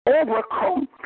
overcome